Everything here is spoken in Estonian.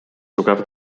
tugev